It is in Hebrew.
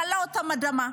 כאילו בלעה אותם האדמה,